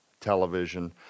television